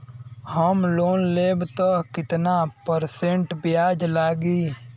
हम लोन लेब त कितना परसेंट ब्याज लागी?